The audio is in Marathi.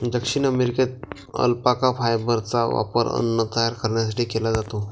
दक्षिण अमेरिकेत अल्पाका फायबरचा वापर अन्न तयार करण्यासाठी केला जातो